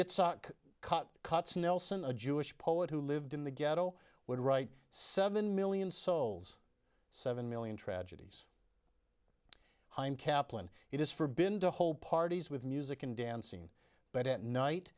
cut cuts nelson a jewish poet who lived in the ghetto would write seven million souls seven million tragedies heim kaplan it is for been to hold parties with music and dancing but at night